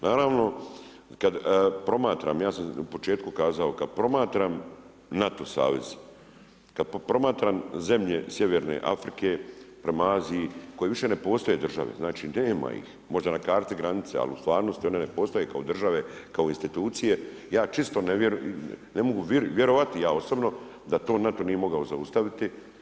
Naravno kad promatram, ja sam u početku kazao, kad promatram NATO savez, kad promatram zemlje sjeverne Afrike prema Aziji koje više ne postoje države, znači nema ih, možda na karti granice ali u stvarnosti one ne postoje kao države, kao institucije, ja čisto ne mogu vjerovati da to NATO nije mogao zaustaviti.